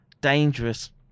dangerous